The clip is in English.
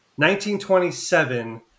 1927